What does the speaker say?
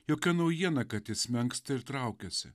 jokia naujiena kad jis menksta ir traukiasi